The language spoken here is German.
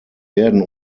werden